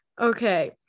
okay